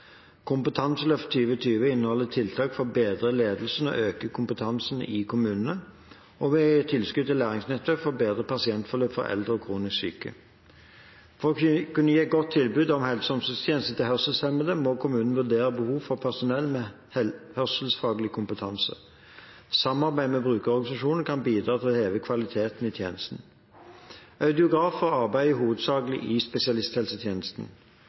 Kompetanseløft 2020 inneholder tiltak for å bedre ledelsen og øke kompetansen i kommunene, og vi gir tilskudd til læringsnettverk for bedre pasientforløp for eldre og kronisk syke. For å kunne gi et godt tilbud om helse- og omsorgstjenester til hørselshemmede må kommunene vurdere behov for personell med hørselsfaglig kompetanse. Samarbeid med brukerorganisasjoner kan bidra til å heve kvaliteten i tjenesten. Audiografer arbeider hovedsakelig i spesialisthelsetjenesten.